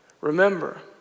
remember